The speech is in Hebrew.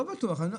לא בטוח.